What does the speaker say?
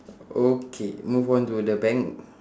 okay move on to the bank